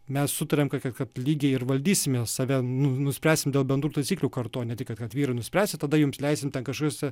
mes sutariam kad lygiai ir valdysim save nu nuspręsim dėl bendrų taisyklių kartu o ne tik kad kad vyrai nuspręs tada jums leisim ten kažkokius